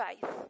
faith